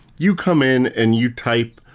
you come in and you type.